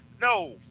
No